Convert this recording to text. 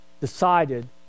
decided